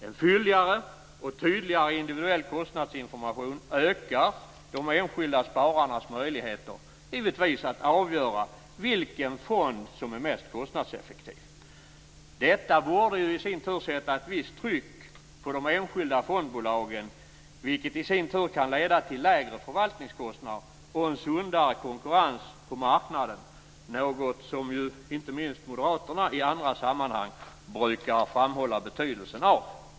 En fylligare och tydligare individuell kostnadsinformation ökar givetvis de enskilda spararnas möjligheter att avgöra vilken fond som är mest kostnadseffektiv. Detta borde sätta ett visst tryck på de enskilda fondbolagen, vilket i sin tur kan leda till lägre förvaltningskostnader och en sundare konkurrens på marknaden - något som inte minst moderaterna i andra sammanhang brukar framhålla betydelsen av.